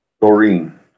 Doreen